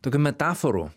tokių metaforų